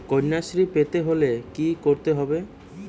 কন্যাশ্রী পেতে হলে কি করতে হবে?